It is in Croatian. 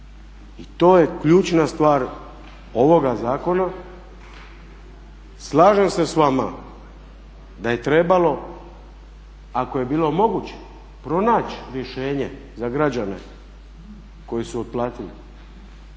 I to je ključna stvar ovoga zakona. Slažem se s vama da je trebalo ako je bilo moguće pronaći rješenje za građane koji su otplatili,